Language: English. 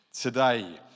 today